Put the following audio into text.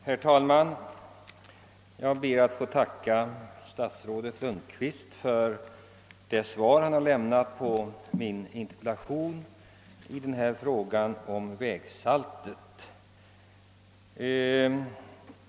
Herr talman! Jag ber att få tacka statsrådet Lundkvist för det svar han lämnat på min interpellation om användandet av vägsalt.